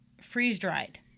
freeze-dried